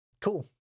Cool